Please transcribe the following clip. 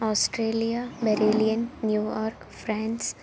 Australia Berlin New York France